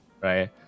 right